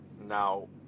Now